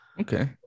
okay